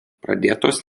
pradėtos